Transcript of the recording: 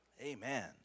Amen